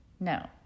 No